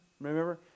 Remember